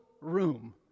room